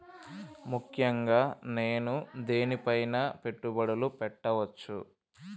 ముఖ్యంగా నేను దేని పైనా పెట్టుబడులు పెట్టవచ్చు?